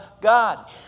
God